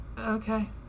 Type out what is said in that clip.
okay